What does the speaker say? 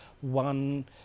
one